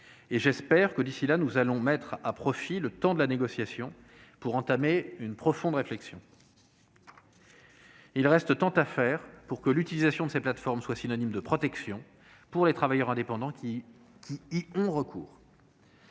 J'espère que, d'ici là, nous aurons mis à profit le temps de la négociation pour entamer une réflexion profonde. Il reste tant à faire pour que l'utilisation de ces plateformes soit synonyme de protection pour les travailleurs indépendants qui y ont recours.